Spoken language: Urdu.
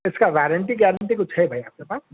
اس کا ویرنٹی گیرنٹی کچھ ہے بھائی آپ کے پاس